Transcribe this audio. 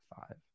five